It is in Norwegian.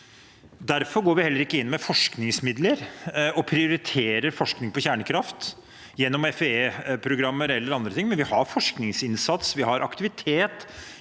Derfor går vi heller ikke inn med forskningsmidler og prioriterer forskning på kjernekraft gjennom FME-programmer eller andre ting. Vi har forskningsinnsats, vi